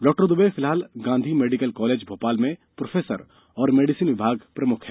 डॉ दुबे फिलहाल Gandhi medical college Bhopal में प्रोफेसर और मेडिसिन विमाग प्रमुख हैं